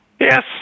Yes